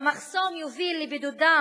המחסום יוביל לבידודם